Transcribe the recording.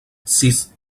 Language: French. six